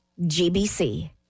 GBC